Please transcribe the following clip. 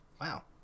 Wow